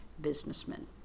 businessmen